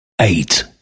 eight